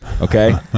Okay